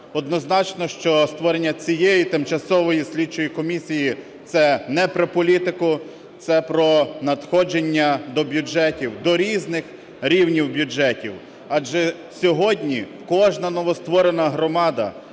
Однозначно, що створення цієї тимчасової слідчої комісії - це не про політику, це про надходження до бюджетів, до різних рівнів бюджетів. Адже сьогодні кожна новостворена громада